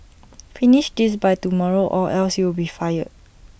finish this by tomorrow or else you'll be fired